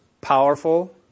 powerful